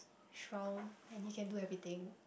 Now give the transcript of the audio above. strong and he can do everything